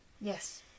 Yes